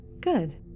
Good